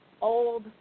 old